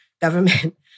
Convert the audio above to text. government